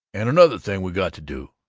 and another thing we got to do,